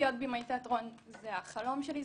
להיות בימאית תיאטרון זה החלום שלי,